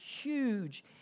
huge